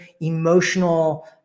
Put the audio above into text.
emotional